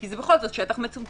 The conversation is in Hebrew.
כי זה בכל זאת שטח מצומצם.